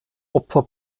opfer